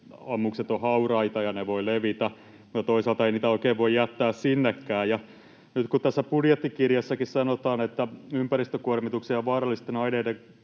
ammukset ovat hauraita ja ne voivat levitä. No, toisaalta ei niitä oikein voi jättää sinnekään. Nyt kun tässä budjettikirjassakin sanotaan, että ympäristökuormituksen ja vaarallisten aineiden